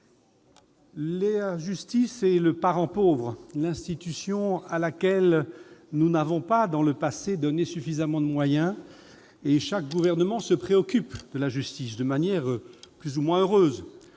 la justice est le parent pauvre, l'institution à laquelle nous n'avons pas, dans le passé, donné suffisamment de moyens ; chaque gouvernement s'en préoccupe de manière plus ou moins heureuse.